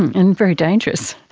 and very dangerous.